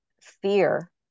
fear